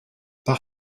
par